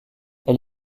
elle